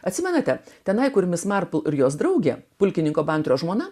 atsimenate tenai kur mis marpl ir jos draugė pulkininko bantrio žmona